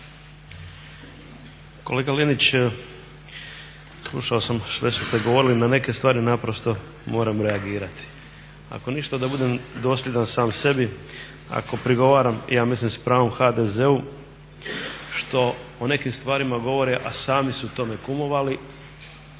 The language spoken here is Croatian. Kolega Linić slušao sam sve što ste govorili, na neke stvari naprosto moram reagirati. Ako ništa da budem dosljedan sam sebi, ako prigovaram i ja mislim s pravom HDZ-u što o nekim stvarima govore a sami su tome kumovali